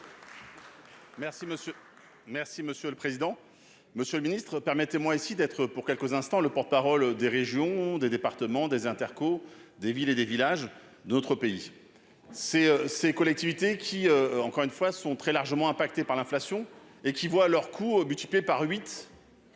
merci monsieur le président, Monsieur le Ministre, permettez-moi ici d'être pour quelques instants, le porte-parole des régions, des départements, des interco des villes et des villages, d'autres pays, ces ces collectivités qui encore une fois, sont très largement impacté par l'inflation et qui voient leurs coûts, multiplié par 8